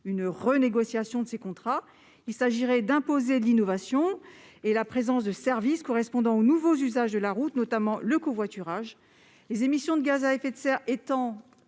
d'une renégociation de ces contrats. Il s'agirait d'imposer de l'innovation et la présence de services correspondants aux nouveaux usages de la route, notamment le covoiturage. Les émissions de gaz à effet de serre étant